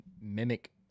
mimic